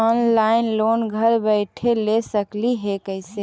Online loan घर बैठे ले सकली हे, कैसे?